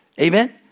Amen